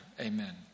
Amen